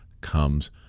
comes